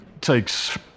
takes